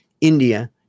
India